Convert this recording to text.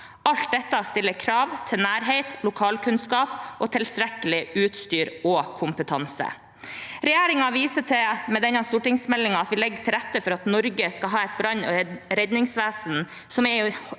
Alt dette stiller krav til nærhet, lokalkunnskap og tilstrekkelig utstyr og kompetanse. Regjeringen viser med denne stortingsmeldingen at vi legger til rette for at Norge skal ha et brann- og redningsvesen som er